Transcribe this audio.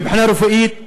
מבחינה רפואית,